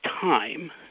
time